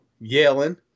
yelling